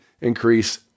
increase